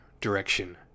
direction